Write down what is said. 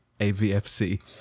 AVFC